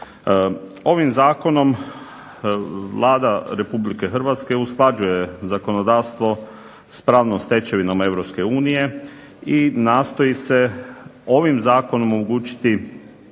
Ovim zakonom Vlada Republike Hrvatske usklađuje zakonodavstvo s pravnom stečevinom Europske unije i nastoji se ovim zakonom omogućiti